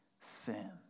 sin